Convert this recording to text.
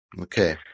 Okay